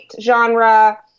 genre